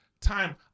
time